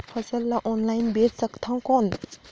फसल ला ऑनलाइन बेचे सकथव कौन?